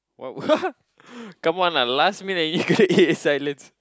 what come on lah last meal already you gonna eat in silence